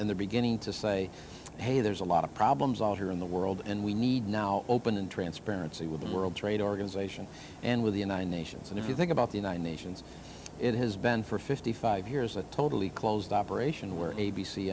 and the beginning to say hey there's a lot of problems out here in the world and we need now open and transparency with the world trade organization and with the united nations and if you think about the united nations it has been for fifty five years a totally closed operation where a